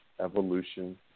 evolution